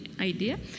idea